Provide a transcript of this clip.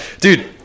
Dude